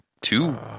two